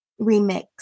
remix